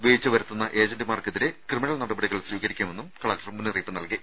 വീഴ്ച വരുത്തുന്ന ഏജന്റുമാർക്കെതിരെ ക്രിമിനൽ നടപടികൾ സ്വീകരിക്കുമെന്നും കലക്ടർ മുന്നറിയിപ്പ് നൽകി